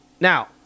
Now